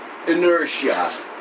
Inertia